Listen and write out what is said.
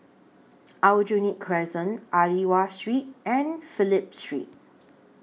Aljunied Crescent Aliwal Street and Phillip Street